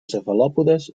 cefalòpodes